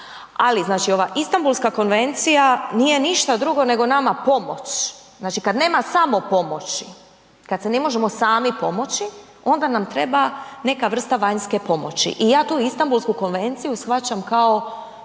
Ali znači ova Istanbulska konvencija nije ništa drugo nego nama pomoć, znači kada nema samopomoći, kada si ne možemo sami pomoći onda nam treba neka vrsta vanjske pomoći i ja tu Istanbulsku konvenciju shvaćam kao